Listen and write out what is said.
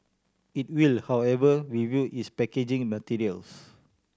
it will however review its packaging materials